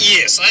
Yes